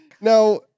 Now